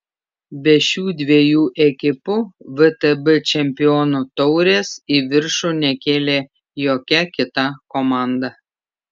be šių dviejų ekipų vtb čempionų taurės į viršų nekėlė jokia kita komanda